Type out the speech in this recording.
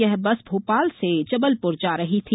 यह बस भोपाल से जबलपुर जा रही थी